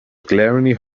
glaringly